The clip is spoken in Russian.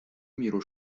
миру